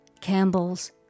Campbell's